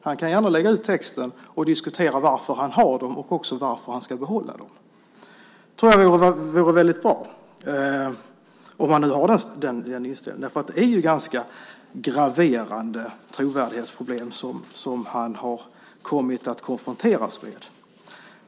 Han kan gärna lägga ut texten och diskutera varför han har dem och också varför han ska behålla dem. Om han nu har den inställningen tror jag att det vore väldigt bra, därför att det är ju ett ganska graverande trovärdighetsproblem som han har kommit att konfronteras med.